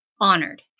Honored